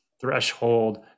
threshold